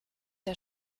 der